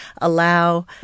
allow